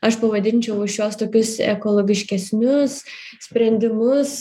aš pavadinčiau šiuos tokius ekologiškesnius sprendimus